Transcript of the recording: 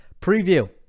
preview